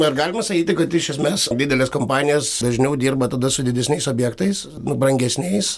ar galima sakyti kad iš esmės didelės kompanijos dažniau dirba tada su didesniais objektais brangesniais